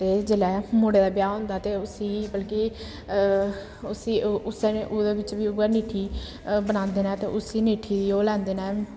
ते जेल्लै मुड़े दा ब्याह् होंदा ते उस्सी बल्कि उस्सी ओह्दे बिच्च बी उ'ऐ ङीठी बनांदे न ते उस्सी ङीठी गी ओह् लैंदे न